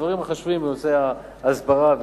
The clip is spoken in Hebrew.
הדברים החשובים לנושא ההסברה וכו'.